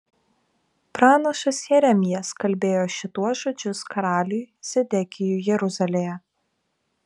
pranašas jeremijas kalbėjo šituos žodžius karaliui zedekijui jeruzalėje